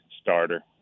starter